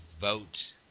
vote